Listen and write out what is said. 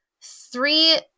three